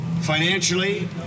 financially